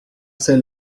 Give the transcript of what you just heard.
sait